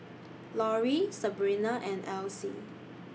Lauri Sabrina and Alcie